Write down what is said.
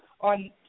on